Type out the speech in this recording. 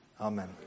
Amen